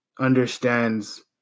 understands